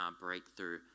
breakthrough